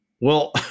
Well-